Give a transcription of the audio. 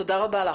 תודה רבה לך.